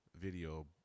video